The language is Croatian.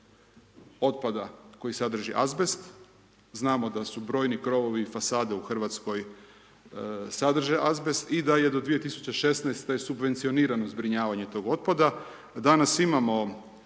otpada koji sadrži azbest, znamo da su brojni krovovi i fasade u Hrvatskoj sadrže azbest i da je do 2016. subvencionirano zbrinjavanje tog otpada. Danas imamo